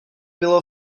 bylo